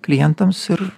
klientams ir